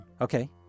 Okay